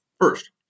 First